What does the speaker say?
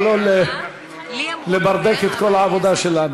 אבל לא לברדק את כל העבודה שלנו.